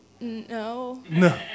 No